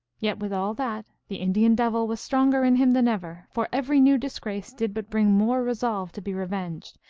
yet, with all that, the indian devil was stronger in him than ever, for every new disgrace did but bring more resolve to be revenged,